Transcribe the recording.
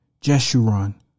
Jeshurun